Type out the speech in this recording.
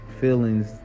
feelings